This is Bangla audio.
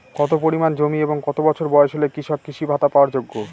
কত পরিমাণ জমি এবং কত বছর বয়স হলে কৃষক কৃষি ভাতা পাওয়ার যোগ্য?